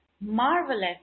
marvelous